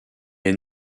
est